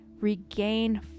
regain